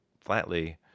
flatly